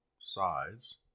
size